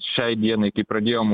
šiai dienai kai pradėjom